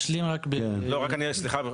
סליחה,